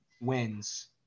wins